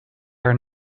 are